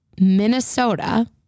Minnesota